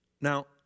Now